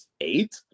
eight